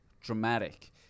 dramatic